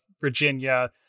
Virginia